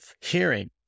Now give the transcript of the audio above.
hearing